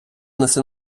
несе